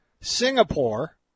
Singapore